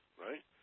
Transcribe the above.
right